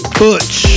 butch